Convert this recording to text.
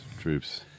troops